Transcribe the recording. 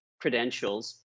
credentials